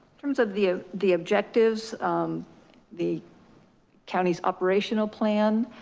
terms of the ah the objectives the counties operational plan,